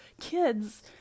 kids